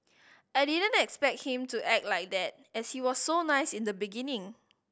I didn't expect him to act like that as he was so nice in the beginning